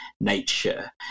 nature